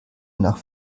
nach